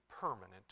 permanent